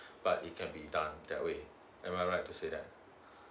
but it can be done that way am I right to say that